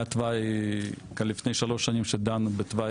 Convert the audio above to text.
היה תוואי לפני שלוש שנים שדנו בתוואי